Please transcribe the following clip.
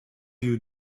you